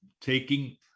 taking